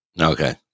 Okay